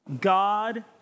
God